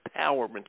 empowerment